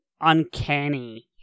uncanny